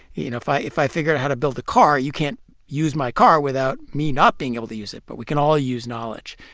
you know, if i if i figure out how to build a car, you can't use my car without me not being able to use it, but we can all use knowledge,